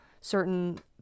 certain